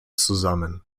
zusammen